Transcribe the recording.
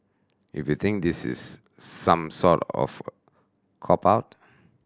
if you think this is some sort of cop out